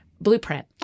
blueprint